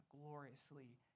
gloriously